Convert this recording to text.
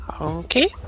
Okay